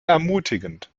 ermutigend